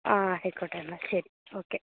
ആ ആയിക്കോട്ടെ എന്നാൽ ശരി ഓക്കെ